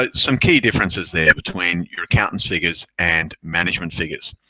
ah some key differences there between your accountant's figures and management figures.